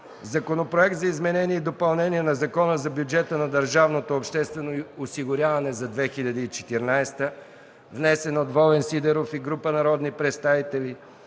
Законопроект за изменение и допълнение на Закона за бюджета на държавното обществено осигуряване за 2014 г., внесен от Волен Сидеров и група народни представители;